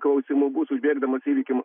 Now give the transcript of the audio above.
klausimų bus užbėgdamas įvykiam